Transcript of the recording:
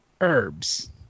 Herbs